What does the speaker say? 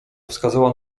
wskazała